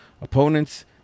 opponents